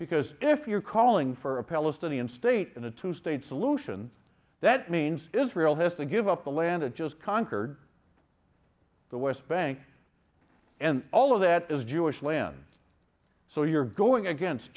because if you're calling for a palestinian state in a two state solution that means israel has to give up the land it just conquered the west bank and all of that is jewish land so you're going against